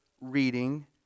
reading